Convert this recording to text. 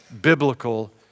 biblical